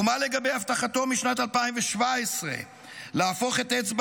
ומה לגבי הבטחתו משנת 2017 להפוך את אצבע